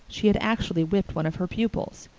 she had actually whipped one of her pupils.